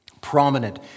Prominent